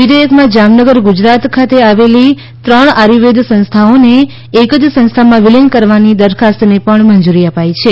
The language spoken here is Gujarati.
વિધેયકમાં જામનગર ગુજરાત ખાતે આવેલી ત્રણ આયુર્વેદ સંસ્થાઓને એક જ સંસ્થામાં વિલિન કરવાની દરખાસ્તને પણ મંજૂરી અપાઈ છે